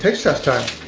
test test time!